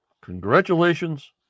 Congratulations